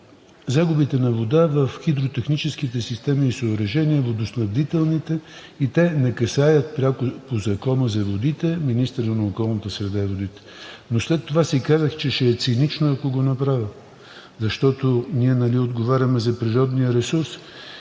загубите на вода в хидротехническите системи и водоснабдителните съоръжения и те не касаят пряко Закона за водите и министъра на околната среда и водите. Но след това си казах, че ще е цинично, ако го направя, защото нали ние отговаряме за природния ресурс